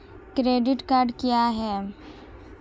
Credit card क्या है?